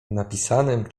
napisanym